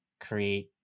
create